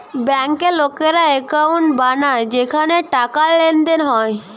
বেঙ্কে লোকেরা একাউন্ট বানায় যেখানে টাকার লেনদেন হয়